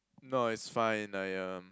no it's fine I um